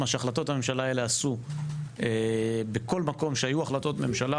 מה שהחלטות הממשלה האלה עשו בכל מקום שהיו בו החלטות ממשלה,